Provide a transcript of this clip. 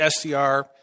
SDR